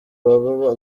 baba